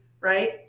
right